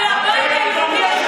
המפד"ל והבית היהודי אשמים.